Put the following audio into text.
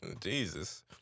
Jesus